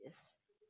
yes